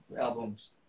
Albums